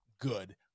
good